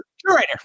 Curator